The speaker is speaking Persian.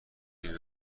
این